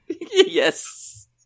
Yes